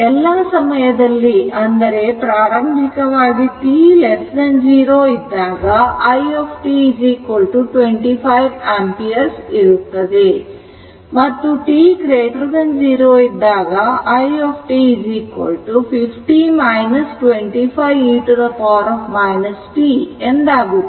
ಎಲ್ಲಾ ಸಮಯದಲ್ಲಿ ಅಂದರೆ ಪ್ರಾರಂಭಿಕವಾಗಿ t0 ಇದ್ದಾಗ i t 25 ಆಂಪಿಯರ್ ಇರುತ್ತದೆ ಮತ್ತು t0 ಇದ್ದಾಗ i t 50 25 e t ಎಂದಾಗುತ್ತದೆ